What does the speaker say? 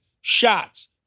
shots